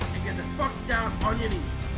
get the fuck down on your knees.